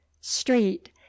street